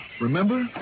Remember